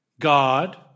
God